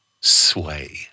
sway